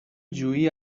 جویی